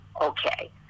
okay